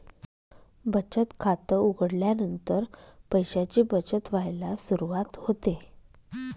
बचत खात उघडल्यानंतर पैशांची बचत व्हायला सुरवात होते